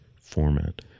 format